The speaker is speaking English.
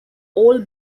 all